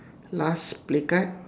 last play card